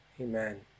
Amen